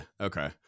okay